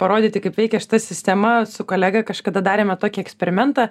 parodyti kaip veikia šita sistema su kolega kažkada darėme tokį eksperimentą